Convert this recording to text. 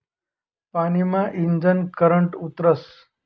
पानी मा ईजनं करंट उतरस